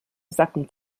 sacken